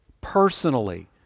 personally